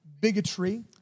bigotry